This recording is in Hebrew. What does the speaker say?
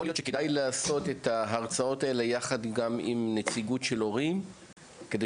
יכול להיות שכדאי לעשות את ההרצאות יחד עם נציגות של הורים כדי